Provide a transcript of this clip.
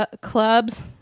clubs